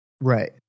Right